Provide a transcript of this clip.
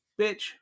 bitch